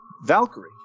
Valkyrie